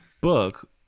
book